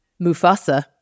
Mufasa